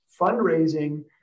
fundraising